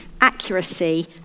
accuracy